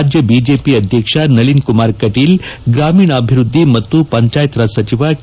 ರಾಜ್ಯ ಬಿಜೆಪಿ ಅಧ್ಯಕ್ಷ ನಳನ್ ಕುಮಾರ್ ಕಟೀಲ್ ಗ್ರಾಮೀಣಾಭಿವೃದ್ದಿ ಮತ್ತು ಪಂಚಾಯತ್ ರಾಜ್ ಸಚಿವ ಕೆ